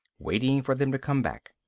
waiting for them to come back?